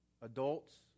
Adults